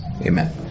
amen